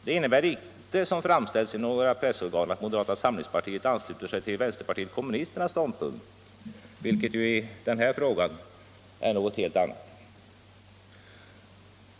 Det innebär icke, som det framställts i några pressorgan, att moderata samlingspartiet ansluter sig till vänsterpartiet kommunisternas ståndpunkt, vilken ju i den här frågan är något helt annat.